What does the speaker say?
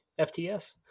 FTS